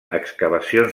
excavacions